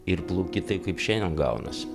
ir plauki taip kaip šiandien gaunasi